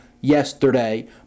yesterday